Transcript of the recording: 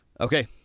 Okay